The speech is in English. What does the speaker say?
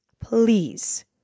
please